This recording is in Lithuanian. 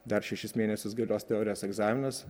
dar šešis mėnesius galios teorijos egzaminas